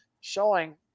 showing